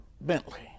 bentley